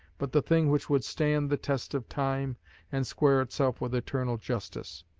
but the thing which would stand the test of time and square itself with eternal justice.